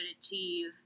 achieve